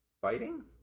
Fighting